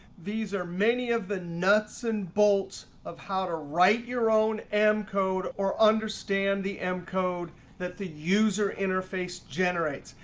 these are many of the nuts and bolts of how to write your own m code or understand the m code that the user interface generates.